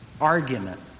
argument